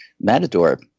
matador